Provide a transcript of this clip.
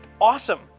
awesome